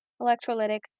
electrolytic